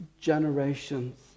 generations